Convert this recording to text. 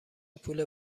پول